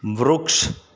વૃક્ષ